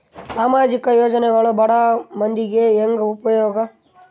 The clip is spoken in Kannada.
ಸಾಮಾಜಿಕ ಯೋಜನೆಗಳು ಬಡ ಮಂದಿಗೆ ಹೆಂಗ್ ಉಪಯೋಗ?